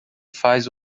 faz